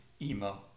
emo